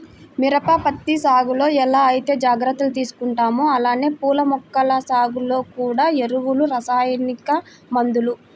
మిరప, పత్తి సాగులో ఎలా ఐతే జాగర్తలు తీసుకుంటామో అలానే పూల మొక్కల సాగులో గూడా ఎరువులు, రసాయనిక మందులు